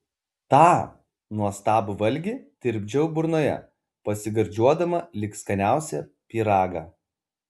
tą nuostabų valgį tirpdžiau burnoje pasigardžiuodama lyg skaniausią pyragą